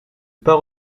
pas